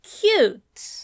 Cute